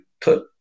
put